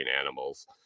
animals